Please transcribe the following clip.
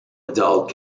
adult